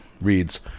reads